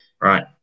Right